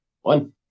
One